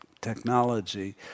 technology